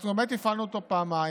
אנחנו באמת הפעלנו אותו פעמיים,